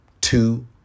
Two